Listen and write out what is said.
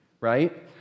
right